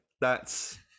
That's-